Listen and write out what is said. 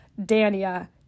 Dania